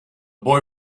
boy